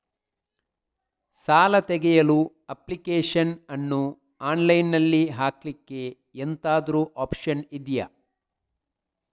ಸಾಲ ತೆಗಿಯಲು ಅಪ್ಲಿಕೇಶನ್ ಅನ್ನು ಆನ್ಲೈನ್ ಅಲ್ಲಿ ಹಾಕ್ಲಿಕ್ಕೆ ಎಂತಾದ್ರೂ ಒಪ್ಶನ್ ಇದ್ಯಾ?